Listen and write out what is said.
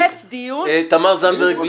אתה מנסה לפוצץ דיון --- תמר זנדברג,